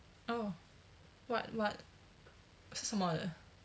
oh what what 是什么的